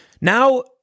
Now